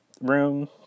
room